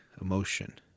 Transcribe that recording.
emotion